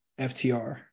FTR